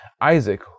Isaac